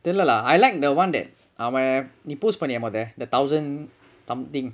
தெர்ல:terla lah I like the [one] that அவ நீ:ava nee post பண்ணிய மொத:panniyae motha the thousand something